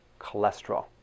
cholesterol